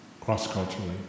cross-culturally